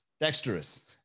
Dexterous